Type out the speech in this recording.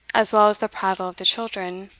as well as the prattle of the children,